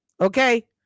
Okay